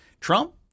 Trump